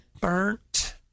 Burnt